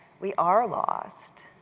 we are lost.